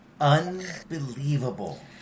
Unbelievable